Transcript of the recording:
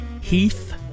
Heath